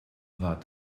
war